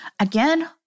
again